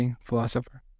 philosopher